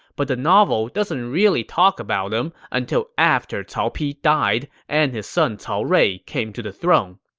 but the novel doesn't really talk about him until after cao pi died and his son cao rui came to the throne.